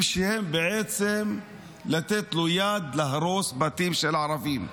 שהם בעצם לתת לו יד להרוס בתים של ערבים.